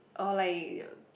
or like